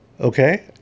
Okay